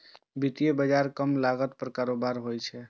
वित्तीय बाजार कम लागत पर कारोबार होइ छै